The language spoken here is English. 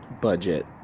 budget